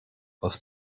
aus